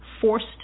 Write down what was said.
Forced